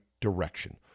direction